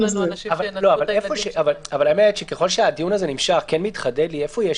לנו אנשים --- ככל שהדיון הזה נמשך מתחדד לי איפה יש